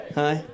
hi